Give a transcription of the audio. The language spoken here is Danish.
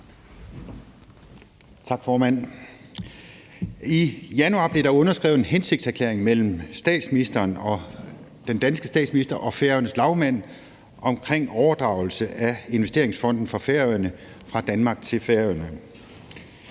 I januar blev der underskrevet en hensigtserklæring mellem den danske statsminister og Færøernes lagmand omkring en overdragelse af investeringsfonden for Færøerne fra Danmark til Færøerne.